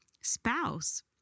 spouse